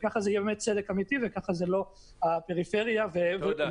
ככה זה יהיה באמת צדק אמיתי ולא שהפריפריה תיפגע.